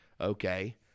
Okay